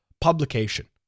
publication